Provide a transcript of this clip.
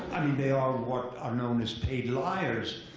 they are what are known as paid liars.